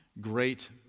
great